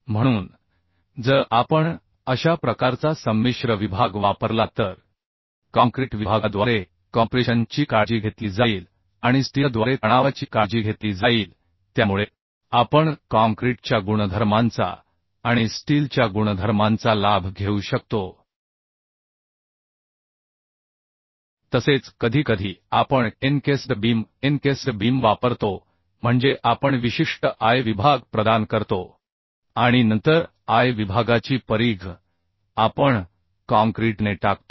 म्हणून जर आपण अशा प्रकारचा संमिश्र विभाग वापरला तर काँक्रीट विभागाद्वारे कॉम्प्रेशन ची काळजी घेतली जाईल आणि स्टीलद्वारे तणावाची काळजी घेतली जाईल त्यामुळे आपण काँक्रीटच्या गुणधर्मांचा आणि स्टीलच्या गुणधर्मांचा लाभ घेऊ शकतो तसेच कधीकधी आपण एन्केस्ड बीम एन्केस्ड बीम वापरतो म्हणजे आपण विशिष्ट I विभाग प्रदान करतो आणि नंतर I विभागाची परिघ आपण काँक्रीटने टाकतो